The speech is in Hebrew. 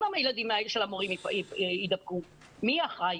אם הילדים של המורים יידבקו מי יהיה אחראי?